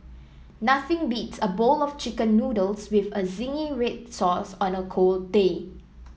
nothing beats a bowl of chicken noodles with a zingy red sauce on a cold day